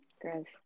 gross